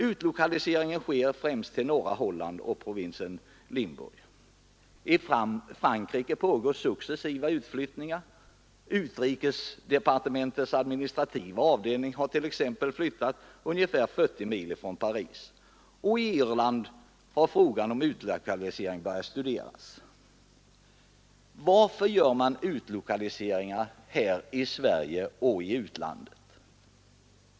Utlokaliseringen sker främst till norra Holland och provinsen Limburg. I Frankrike pågår successiva utflyttningar. Utrikesdepartementets administrativa avdelning har t.ex. flyttat upp ungefär 40 mil från Paris. På Irland har frågan om utlokalisering börjat att studeras. Varför gör man utlokaliseringar här i Sverige och i utlandet?